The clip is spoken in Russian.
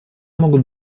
могут